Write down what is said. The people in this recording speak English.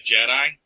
Jedi